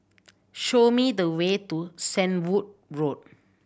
show me the way to Shenvood Road